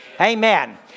Amen